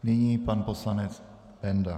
Nyní pan poslanec Benda.